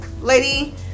lady